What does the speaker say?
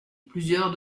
plusieurs